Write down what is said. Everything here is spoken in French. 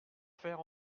faire